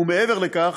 ומעבר לכך,